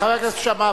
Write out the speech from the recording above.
חבר הכנסת שאמה,